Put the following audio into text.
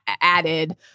added